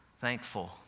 thankful